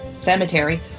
cemetery